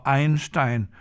Einstein